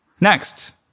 Next